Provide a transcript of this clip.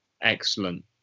excellent